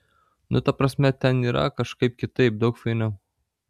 nu ta prasme ten yra kažkaip kitaip daug fainiau